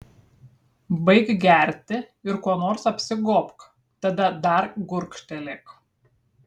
baik gerti ir kuo nors apsigobk tada dar gurkštelėk